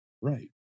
Right